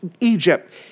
Egypt